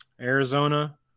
arizona